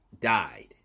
died